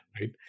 right